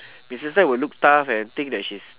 missus lai will look tough and you think that she's